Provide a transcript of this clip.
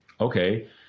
Okay